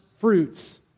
fruits